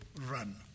run